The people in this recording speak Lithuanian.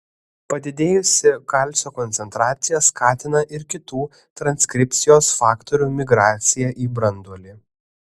padidėjusi kalcio koncentracija skatina ir kitų transkripcijos faktorių migraciją į branduolį